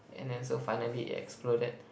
and then so finally it exploded